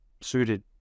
suited